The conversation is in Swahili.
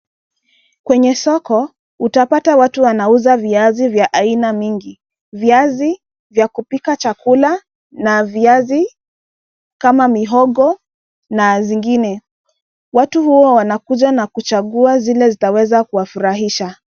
Kwenye soko, utapata watu wanauza viazi vya aina mingi. Viazi vya kupika chakula na viazi kama mihogo, na zingine. Watu huwa wanakuja na kuchagua zile zitaweza kuwafurahisha.